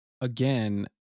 again